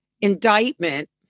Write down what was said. indictment